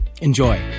Enjoy